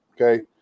Okay